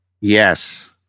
Yes